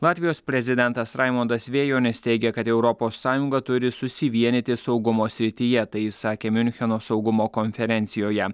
latvijos prezidentas raimondas vejonis teigia kad europos sąjunga turi susivienyti saugumo srityje tai sakė miuncheno saugumo konferencijoje